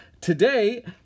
Today